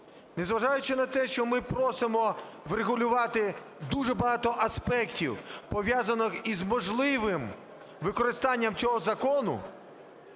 Незважаючи на те, що ми просимо врегулювати дуже багато аспектів, пов'язаних із можливим використанням цього закону,